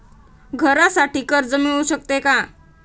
घरासाठी कर्ज मिळू शकते का?